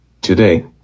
Today